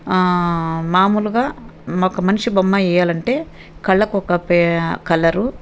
మాములుగా ఒక మనిషి బొమ్మ వేయాలంటే కళ్ళకు ఒక పే కలరు